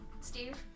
Steve